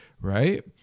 right